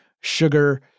sugar